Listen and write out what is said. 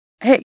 Hey